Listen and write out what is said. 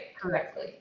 correctly